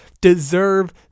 deserve